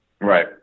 Right